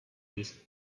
this